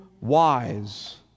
wise